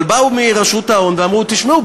אבל באו מרשות ההון ואמרו: תשמעו,